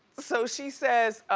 so she says,